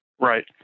Right